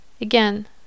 Again